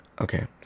okay